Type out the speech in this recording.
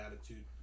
attitude